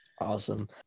Awesome